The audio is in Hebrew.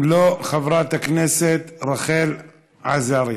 אם לא, חברת הכנסת רחל עזריה.